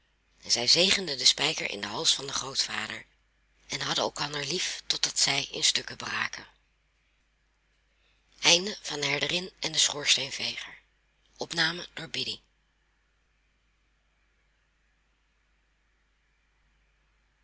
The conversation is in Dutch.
en zij zegenden den spijker in den hals van den grootvader en hadden elkander lief totdat zij in stukken braken